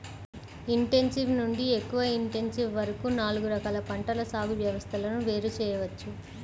intensive నుండి ఎక్కువ intensive వరకు నాలుగు రకాల పంటల సాగు వ్యవస్థలను వేరు చేయవచ్చు